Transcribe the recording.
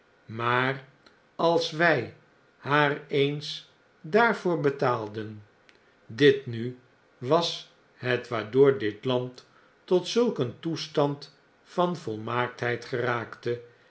maar als wy haar eens daarvoor betaalden dit nu was het waardoor dit land tot zulk een toestand van volmaaktheid geraakte